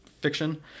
fiction